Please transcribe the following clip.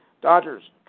Dodgers